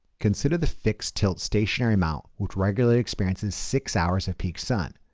consider the fixed-tilt stationary mount, which regularly experiences six hours of peak sun.